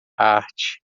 arte